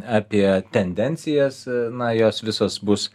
apie tendencijas na jos visos bus